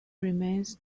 remains